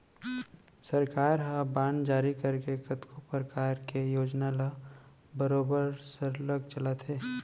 सरकार ह बांड जारी करके कतको परकार के योजना ल बरोबर सरलग चलाथे